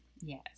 yes